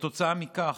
כתוצאה מכך,